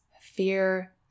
fear